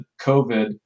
COVID